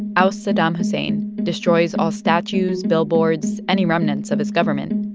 ousts saddam hussein, destroys all statues, billboards, any remnants of his government.